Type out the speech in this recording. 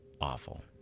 awful